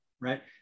right